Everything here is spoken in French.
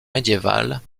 médiévales